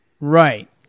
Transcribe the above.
Right